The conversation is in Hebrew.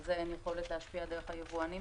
על זה אין יכולת להשפיע דרך היבואנים,